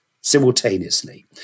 Simultaneously